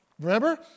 Remember